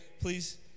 please